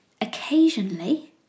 Occasionally